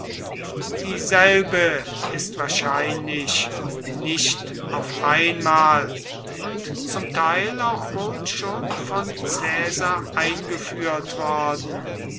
dieselbe ist wahrscheinlich nicht auf einmal und zum teil auch wohl schon von caesar eingeführt worden